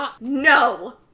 no